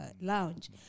lounge